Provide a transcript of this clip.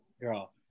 girl